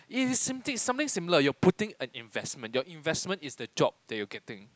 it is same thing something similar you're putting an investment your investment is the job that you're getting